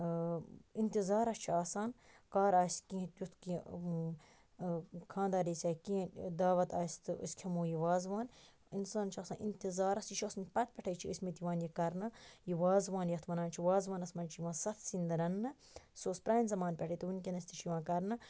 اِنتِظارَس چھ آسان کَر آسہِ کینٛہہ تیُتھ کیٛہہ خاندَر آسہِ یا کینٛہہ دعوَت آسہِ تہٕ أسۍ کھیٚمو یہِ وازوان اِنسان چھُ آسان اِنتِظارَس یہِ چھُ آسان پَتہ پیٚٹھے چھِ ٲسۍمٕتۍ یِوان یہِ کَرنہٕ یہِ وازوان یتھ وَنان چھِ وازوانَس مَنٛز چھِ یِوان ستھ سیِن رَننہٕ سُہ اوس پرانہِ زَمان پٮ۪ٹھے تہٕ ونکیٚنَس تہِ چھُ یِوان کَرنہٕ